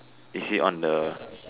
is he on the